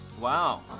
Wow